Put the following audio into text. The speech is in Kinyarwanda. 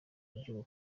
buryo